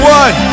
one